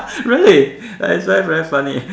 really that's why very funny